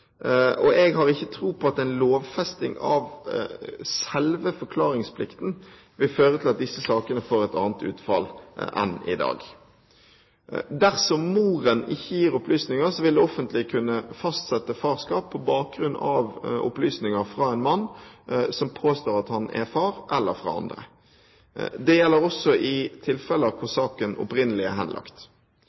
og jeg har ikke tro på at en lovfesting av selve forklaringsplikten vil føre til at disse sakene får et annet utfall enn i dag. Dersom moren ikke gir opplysninger, vil det offentlige kunne fastsette farskap på bakgrunn av opplysninger fra en mann som påstår at han er far, eller fra andre. Det gjelder også i tilfeller hvor saken opprinnelig er henlagt.